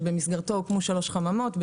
שבמסגרתו הוקמו שלוש חממות,